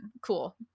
Cool